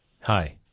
Hi